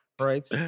Right